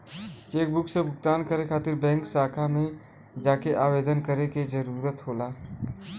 chequebook से भुगतान रोके खातिर बैंक शाखा में जाके आवेदन करे क जरुरत होला